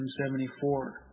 1974